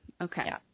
Okay